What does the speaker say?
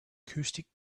acoustic